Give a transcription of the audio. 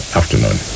afternoon